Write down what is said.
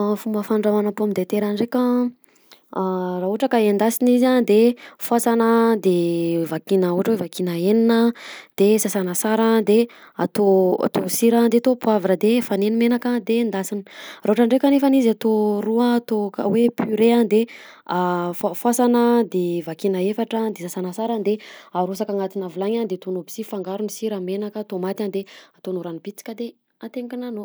Fomba fandrahoana pomme de terre ndreka raha ohatra ka endasina izy a de foasana de vakina ohatra hoe vakina enina de sasana sara de atao atao sira de atao poivre de afaneny menaka de endasiny; raha ohatra dreky nefany izy atao ro atao hoe pure ah de ah foasana de vakina efatra de sasana sara de arosaka anaty vilany de ataonao aby sy fangarony a sira, menaka, tomaty de ataonao rano bitsika de atenginanao.